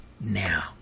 now